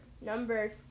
number